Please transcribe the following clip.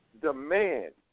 demand